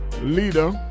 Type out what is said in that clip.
leader